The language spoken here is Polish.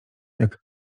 jak